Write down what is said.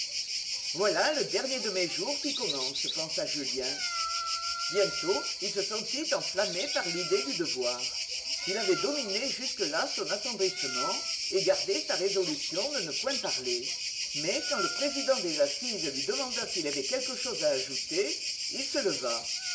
voilà le dernier de mes jours qui commence pensa julien bientôt il se sentit enflammé par l'idée du devoir il avait dominé jusque-là son attendrissement et gardé sa résolution de ne point parler mais quand le président des assises lui demanda s'il avait quelque chose à ajouter il se leva